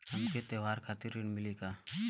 हमके त्योहार खातिर ऋण मिली का?